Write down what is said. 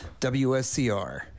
WSCR